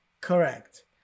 correct